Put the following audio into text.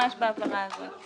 לא, את זה לא.